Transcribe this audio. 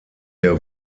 der